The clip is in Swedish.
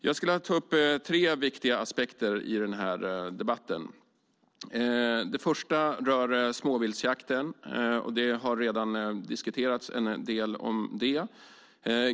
Jag skulle vilja ta upp tre viktiga aspekter i den här debatten. Den första rör småviltsjakten, och den har redan diskuterats en del.